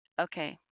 Okay